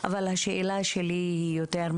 אבל השאלה שלי היא יותר,